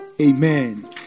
Amen